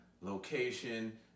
location